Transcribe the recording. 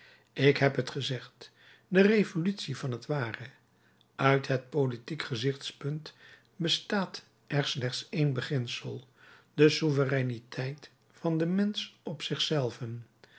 ik heb het gezegd de revolutie van het ware uit het politiek gezichtspunt bestaat er slechts één beginsel de souvereiniteit van den mensch op zich zelven